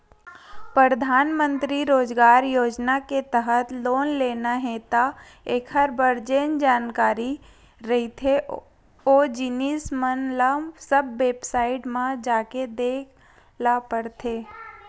परधानमंतरी रोजगार योजना के तहत लोन लेना हे त एखर बर जेन जरुरी जानकारी रहिथे ओ जिनिस मन ल सब बेबसाईट म जाके देख ल परथे